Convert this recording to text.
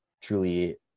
truly